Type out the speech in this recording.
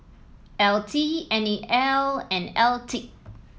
L T N E L and L T